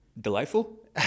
delightful